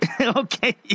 Okay